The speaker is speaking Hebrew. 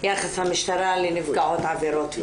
יחס המשטרה לנפגעות עבירות מין.